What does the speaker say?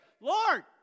Lord